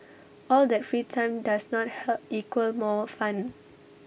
all that free time does not help equal more fun